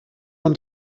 und